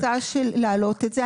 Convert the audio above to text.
אני לא רוצה להעלות את זה,